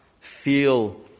feel